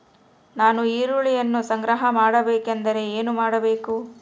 ನಾನು ಈರುಳ್ಳಿಯನ್ನು ಸಂಗ್ರಹ ಮಾಡಬೇಕೆಂದರೆ ಏನು ಮಾಡಬೇಕು?